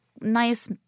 nice